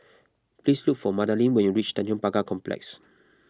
please look for Madaline when you reach Tanjong Pagar Complex